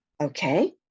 Okay